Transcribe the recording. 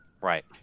Right